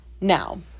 Now